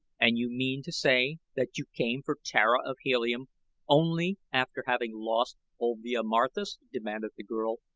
and you mean to say that you came for tara of helium only after having lost olvia marthis? demanded the girl,